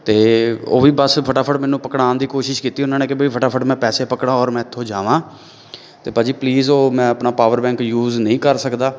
ਅਤੇ ਉਹ ਵੀ ਬਸ ਫਟਾਫਟ ਮੈਨੂੰ ਪਕੜਾਉਣ ਦੀ ਕੋਸ਼ਿਸ਼ ਕੀਤੀ ਉਹਨਾਂ ਨੇ ਕਿ ਵੀ ਫਟਾਫਟ ਮੈਂ ਪੈਸੇ ਪਕੜਾਂ ਔਰ ਮੈਂ ਇਥੋ ਜਾਵਾਂ ਅਤੇ ਭਾਅ ਜੀ ਪਲੀਜ਼ ਉਹ ਮੈਂ ਆਪਣਾ ਪਾਵਰ ਬੈਂਕ ਯੂਜ਼ ਨਹੀਂ ਕਰ ਸਕਦਾ